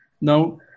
Now